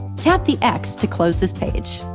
tap the x to close this page.